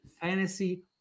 Fantasy